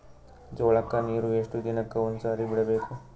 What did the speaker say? ಜೋಳ ಕ್ಕನೀರು ಎಷ್ಟ್ ದಿನಕ್ಕ ಒಂದ್ಸರಿ ಬಿಡಬೇಕು?